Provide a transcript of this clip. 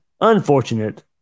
unfortunate